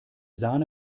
sahne